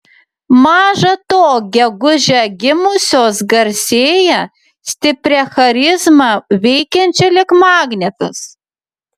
maža to gegužę gimusios garsėja stipria charizma veikiančia lyg magnetas